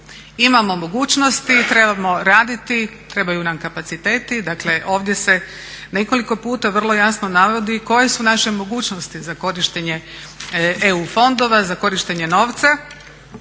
Imamo mogućnosti i trebamo raditi, trebaju nam kapaciteti. Dakle, ovdje se nekoliko puta vrlo jasno navodi koje su naše mogućnosti za korištenje EU fondova, za korištenje novca